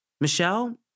Michelle